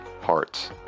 hearts